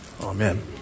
Amen